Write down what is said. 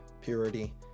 purity